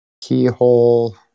keyhole